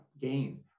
gain